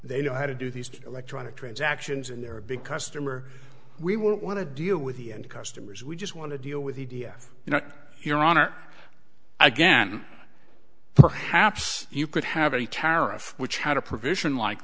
they know how to do these electronic transactions and they're a big customer we wouldn't want to deal with the end customers we just want to deal with e d f you know your honor again perhaps you could have a tariff which had a provision like